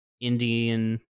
Indian